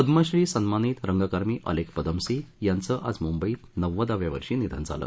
पद्मश्री सन्मानित रंगकर्मी अलेक पदमसी यांचं आज मुंबईत नव्वदाव्या वर्षी निधन झालं